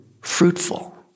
fruitful